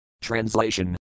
Translation